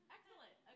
Excellent